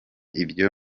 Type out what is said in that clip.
ibyo